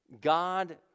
god